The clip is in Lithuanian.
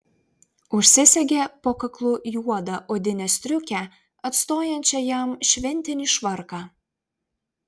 užsisegė po kaklu juodą odinę striukę atstojančią jam šventinį švarką